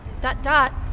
Dot-dot